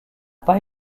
pas